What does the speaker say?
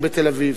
תהיה בתל-אביב.